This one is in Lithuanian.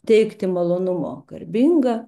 teikti malonumo garbinga